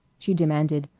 she demanded,